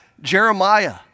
Jeremiah